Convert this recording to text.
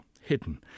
hidden